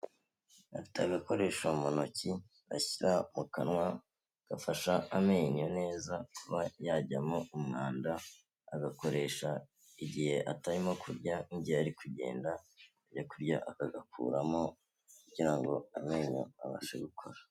Afite agakoresho mu ntoki ashyira mu kanwa gafasha amenyo neza Kuba yajyamo umwanda, agakoresha igihe atarimo kurya igihe ari kugenda yajya kurya akagakuramo kugira ngo amenyo abashe gukora.